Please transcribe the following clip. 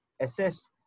assess